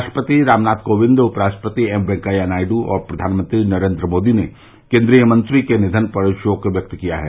राष्ट्रपति रामनाथ कोविंद उपराष्ट्रपति एम वेंकैया नायडू और प्रधानमंत्री नरेन्द्र मोदी ने केन्द्रीय मंत्री अनंत कुमार के निधन पर शोक व्यक्त किया है